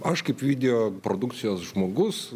aš kaip video produkcijos žmogus